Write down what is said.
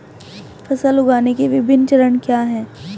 फसल उगाने के विभिन्न चरण क्या हैं?